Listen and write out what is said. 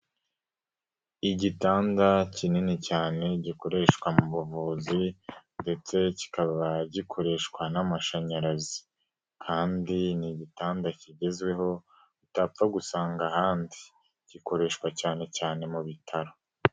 Igitanda kinini cyane gikoreshwa mu buvuzi ndetse kikaba gikoreshwa n'amashanyarazi kandi ni igitanda kigezweho utapfa gusanga ahandi gikoreshwa cyane cyane mu bitaro.